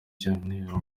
cyumweru